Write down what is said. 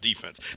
defense